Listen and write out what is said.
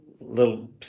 little